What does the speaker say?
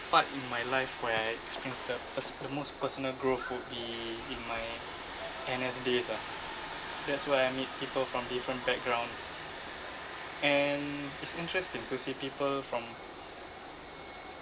part in my life where I experienced the pers~ the most personal growth would be in my N_S days ah that's where I meet people from different backgrounds and it's interesting to see people from